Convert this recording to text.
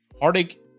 heartache